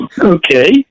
Okay